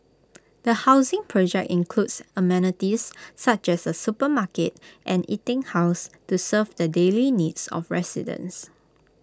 the housing project includes amenities such as A supermarket and eating house to serve the daily needs of residents